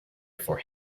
for